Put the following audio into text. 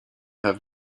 have